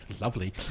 Lovely